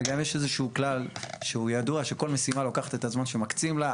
וגם יש איזה שהוא כלל שהוא ידוע שכל משימה לוקחת את הזמן שמקצים לה.